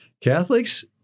Catholics